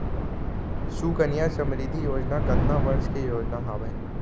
सुकन्या समृद्धि योजना कतना वर्ष के योजना हावे?